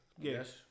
Yes